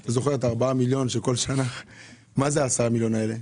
זה 10 מיליון השקלים האלה?